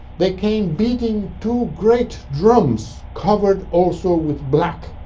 they came beating two great drums, covered also with black.